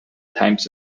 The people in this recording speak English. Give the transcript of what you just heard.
times